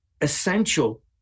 essential